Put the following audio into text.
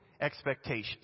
Expectations